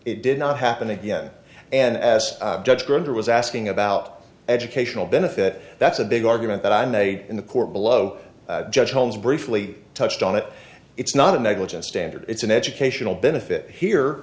it did not happen again and as judge grindr was asking about educational benefit that's a big argument that i made in the court below judge holmes briefly touched on it it's not a negligence standard it's an educational benefit here